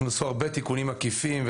הוכנסו הרבה תיקונים עקיפים,